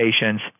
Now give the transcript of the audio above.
patients